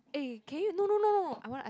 eh can you no no no I wanna ask